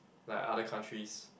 like other countries